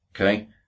Okay